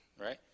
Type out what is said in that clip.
right